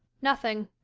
nothing.